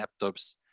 laptops